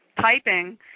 typing